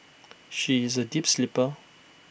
she is A deep sleeper